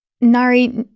Nari